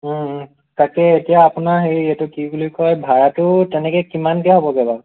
তাকেই এতিয়া আপোনাৰ হেৰি এইটো কি বুলি কয় ভাড়াটো তেনেকৈ কিমান কৈ হয়গৈ বাও